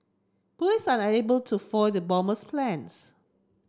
police are unable to foil the bomber's plans